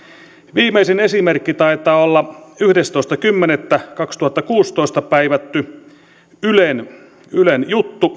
viimeisin esimerkki taitaa olla yhdestoista kymmenettä kaksituhattakuusitoista päivätty ylen ylen juttu